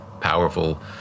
powerful